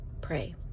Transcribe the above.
pray